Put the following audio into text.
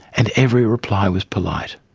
and every reply was polite.